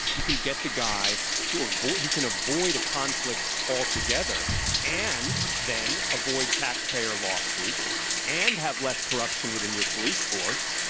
you can get the guy to a you can avoid a conflict altogether and then avoid taxpayer lawsuits and have less corruption within your police force.